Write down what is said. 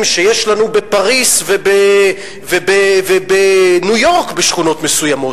שיש לנו בפריס ובניו-יורק בשכונות מסוימות.